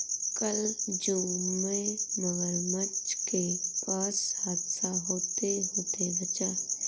कल जू में मगरमच्छ के पास हादसा होते होते बचा